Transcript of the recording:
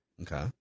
Okay